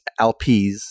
LPs